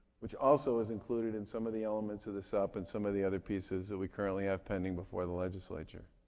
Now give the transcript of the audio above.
which also is included in some of the elements of this up and some of the other pieces that we currently have pending before the legislature.